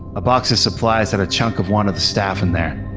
a box of supplies had a chunk of one of the staff in there.